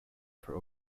for